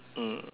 mm